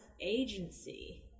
agency